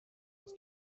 was